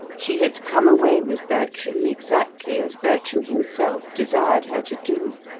she had come away with bertram exactly as bertram himself desired her to do,